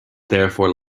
therefore